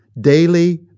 daily